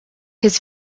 his